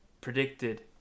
predicted